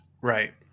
Right